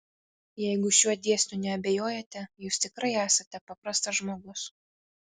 jeigu šiuo dėsniu neabejojate jūs tikrai esate paprastas žmogus